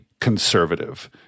conservative